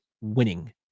winning